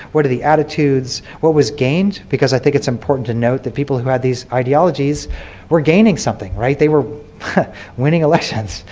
what are the attitudes, what was gained. because i think it's important to note the people who had these ideologies were gaining something. they were winning elections,